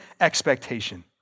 expectation